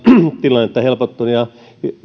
tilannetta helpottanut ja